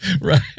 Right